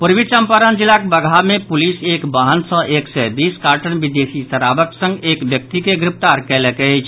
पश्चिमी चंपारण जिलाक बगहा मे पुलिस एक वाहन सँ एक सय बीस कार्टन विदेशी शराबक संग एक व्यक्ति के गिरफ्तार कयलक अछि